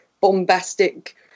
bombastic